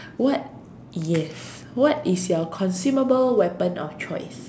what yes what is your consumable weapon of choice